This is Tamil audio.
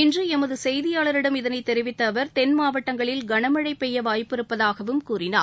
இன்று எமது செய்தியாளரிடம் இதனைத் தெரிவித்த அவர் தென் மாவட்டங்களில் கனமழை பெய்ய வாய்ப்பு இருப்பதாகவும் கூறினார்